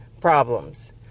problems